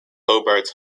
hobart